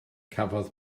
cafodd